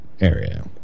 area